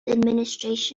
administration